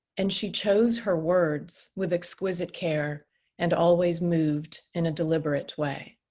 and she chose her words with exquisite care and always moved in a deliberate way.